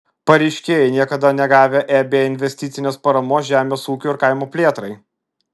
pareiškėjai niekada negavę eb investicinės paramos žemės ūkiui ir kaimo plėtrai